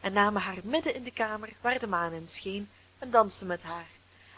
en namen haar midden in de kamer waar de maan in scheen en dansten met haar